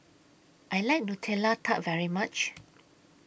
I like Nutella Tart very much